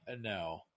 no